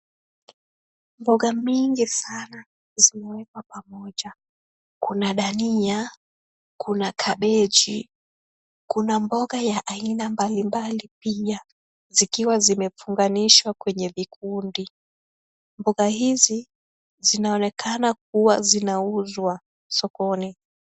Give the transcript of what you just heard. Mboga mingi sana zimewekwa pamoja. Kuna dania, kuna kabeji, kuna mboga ya aina mbalimbali pia zikiwa zimefunganishwa kwenye vikundi. Mboga hizi zinaonekana kuwa zinauzwa sokoni.